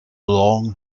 long